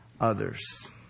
others